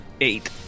Eight